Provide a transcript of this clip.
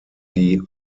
die